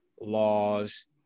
laws